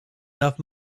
enough